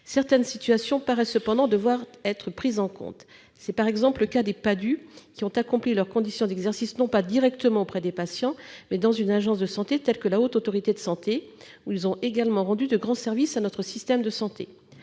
Certaines situations paraissent cependant devoir être prises en compte. C'est par exemple le cas des Padhue qui ont exercé, non pas directement auprès des patients, mais dans une agence de santé telle que la Haute Autorité de santé, la HAS, où ils ont rendu de grands services à notre système de santé.